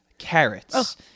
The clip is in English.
Carrots